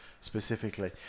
specifically